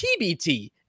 TBT